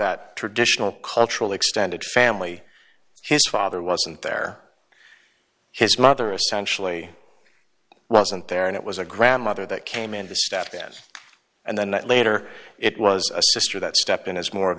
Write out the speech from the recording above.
that traditional cultural extended family his father wasn't there his mother essentially wasn't there and it was a grandmother that came in the staff then and then later it was a sister that stepped in as more of